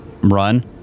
Run